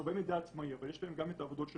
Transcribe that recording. הרבה מידע עצמאי אבל יש להם גם את העבודות שלהם.